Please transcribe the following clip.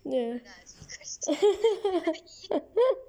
ya